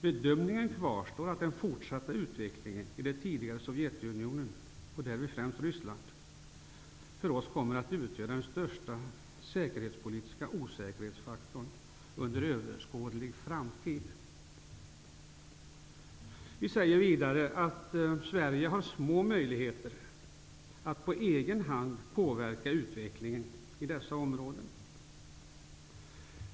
Bedömningen kvarstår att den fortsatta utvecklingen i det tidigare Sovjetunionen, och därvid främst Ryssland, för oss kommer att utgöra den största säkerhetspolitiska osäkerhetsfaktorn under överskådlig framtid. Sverige har små möjligheter att på egen hand påverka utvecklingen i dessa områden.